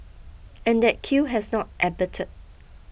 and that queue has not abated